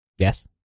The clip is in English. Yes